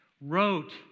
wrote